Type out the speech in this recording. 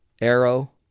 Arrow